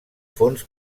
fons